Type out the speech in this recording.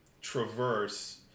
traverse